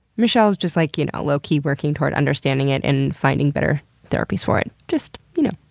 michelle is just, like you know, low-key working toward understanding it and finding better therapies for it. just you know,